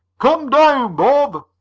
come down, bob!